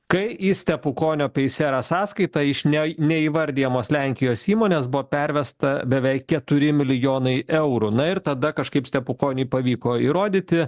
kai į stepukonio paysera sąskaitą iš ne neįvardijamos lenkijos įmonės buvo pervesta beveik keturi milijonai eurų na ir tada kažkaip stepukoniui pavyko įrodyti